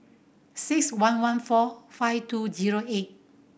six one one four five two zero eight